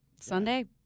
Sunday